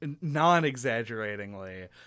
non-exaggeratingly